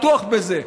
אני בטוח בזה.